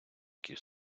якій